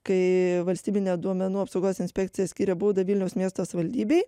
kai valstybinė duomenų apsaugos inspekcija skyrė baudą vilniaus miesto savivaldybei